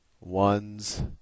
Ones